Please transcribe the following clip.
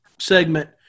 segment